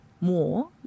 more